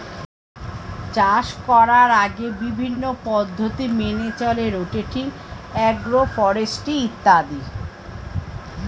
চাষ করার আগে বিভিন্ন পদ্ধতি মেনে চলে রোটেটিং, অ্যাগ্রো ফরেস্ট্রি ইত্যাদি